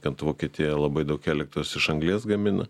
kad vokietija labai daug elektros iš anglies gamina